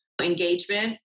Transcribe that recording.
engagement